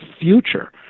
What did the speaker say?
future